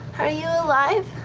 are you alive?